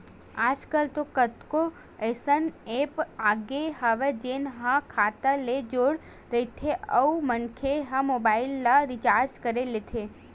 आजकल तो कतको अइसन ऐप आगे हवय जेन ह खाता ले जड़े रहिथे अउ मनखे ह मोबाईल ल रिचार्ज कर लेथे